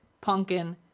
pumpkin